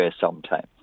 sometime